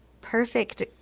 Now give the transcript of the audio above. perfect